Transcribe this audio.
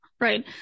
right